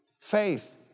faith